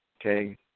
Okay